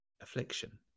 affliction